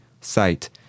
sight